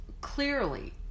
clearly